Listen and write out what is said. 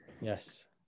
yes